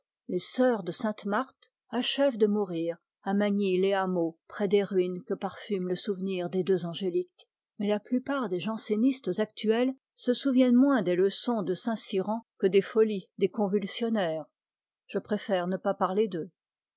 les sœurs de saintemarthe achèvent de mourir à magny les hameaux près des ruines que parfume le souvenir des deux angéliques mais la plupart des jansénistes actuels se souviennent moins des leçons de saint cyran que des folies des convulsionnaires je préfère ne pas parler d'eux